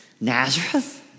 Nazareth